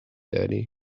daddy